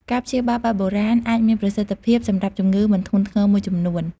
ការព្យាបាលបែបបុរាណអាចមានប្រសិទ្ធភាពសម្រាប់ជំងឺមិនធ្ងន់ធ្ងរមួយចំនួន។